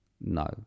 No